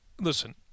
listen